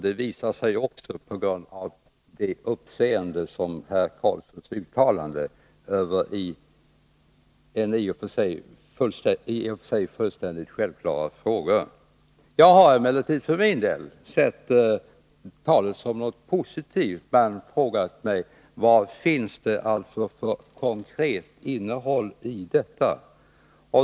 Det visar sig också i det uppseende som herr Carlssons uttalande över i och för sig fullständigt självklara frågor har väckt. Jag har emellertid för min del sett talet som något positivt, men frågat mig vad det finns för konkret innehåll i det.